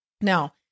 now